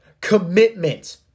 commitment